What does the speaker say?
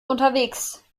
unterwegs